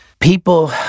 People